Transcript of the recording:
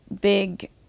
big